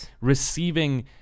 receiving